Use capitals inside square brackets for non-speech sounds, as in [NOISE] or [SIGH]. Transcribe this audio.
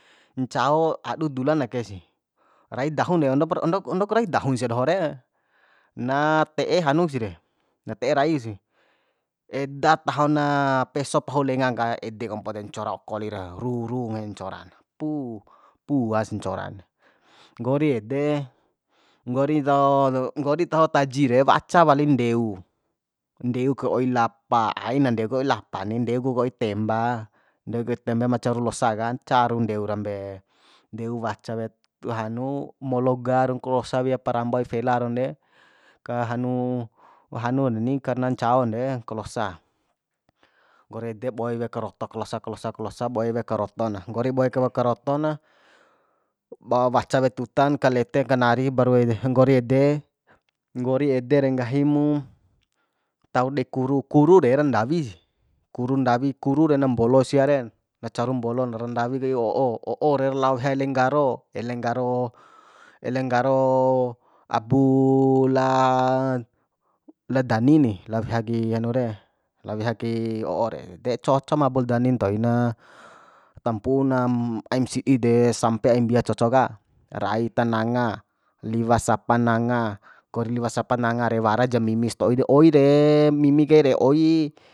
Ncao adu dulan ake si rai dahun de ondopra ondok ondoku rai danu sia doho re na te'e hanuk si re na te'e raik si eda taho na peso pahu lengan ka edek ompo de ncora oko li ra ru ru nggahin ncora pu puas ncoran nggori ede nggori taho [HESITATION] nggori taho taji re waca walin ndeu ndeuk oi lapa aina ndeu kai oi lapa ni ndeu ku kai oi temba ndeu kai tembe ma caru losa ka caru ndeu rambe ndeu waca wea [HESITATION] hanu mologa ro kalosa wea paramba oi fela raun de ka hanu [HESITATION] hanu deni karna ncaon de kalosa nggori ede boe wea karoto kalosa klosa klosa boe wea karoto na nggori boe karoto na waca wea tutan kalete kanari baru ede nggori ede nggori ede re nggahi mu tau dei kuru kuru re ra ndawi si kuru ndawi kuru re na mbolo sia re na caru mbolon ra ndawi kai o'o o'o re lao weha ele nggaro ele nggaro ele nggaro abu la la dani ni lao weha kai hanu re lao weha kai o'o re de cocom abul dani ntoi na tampu'una aim sidi de sampe aim mbia coco ka rai ta nanga liwa sapa nanga kor liwa sapa nanga re wara ja mimi sto'i re oi re mimi kai re oi